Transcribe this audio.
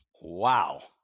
Wow